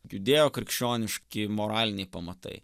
judėjo krikščioniški moraliniai pamatai